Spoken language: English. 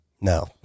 No